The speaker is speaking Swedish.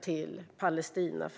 till Palestina.